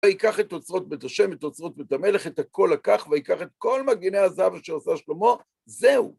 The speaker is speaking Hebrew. וייקח את אוצרות בית השם, את אוצרות בית המלך, את הכול לקח, וייקח את כל מגיני הזהב אשר עשה שלמה, זהו.